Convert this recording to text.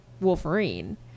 Wolverine